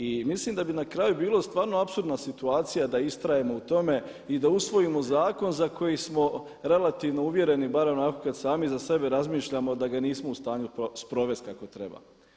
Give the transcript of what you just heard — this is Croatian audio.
I mislim da bi na kraju bilo stvarno apsurdna situacija da istrajemo u tome i da usvojimo zakon za koji smo relativno uvjereni barem onako kad sami za sebe razmišljamo da ga nismo u stanju sprovest kako treba.